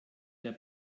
der